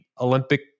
Olympic